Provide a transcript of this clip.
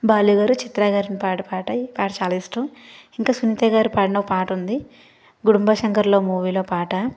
బాలుగారు చిత్రగారు పాడిన పాట ఈ పాట చాలా ఇష్టం ఇంకా సునీత గారు పాడిన పాట ఉంది గుడుంబా శంకర్లో మూవీలో పాట